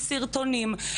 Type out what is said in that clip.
עם סרטונים,